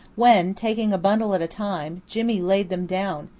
when, taking a bundle at a time, jimmy laid them down,